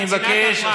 אני מבקש.